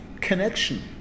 connection